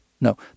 No